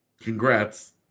congrats